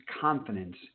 confidence